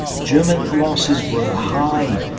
german losses were high.